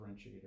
differentiator